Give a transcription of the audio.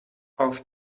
auf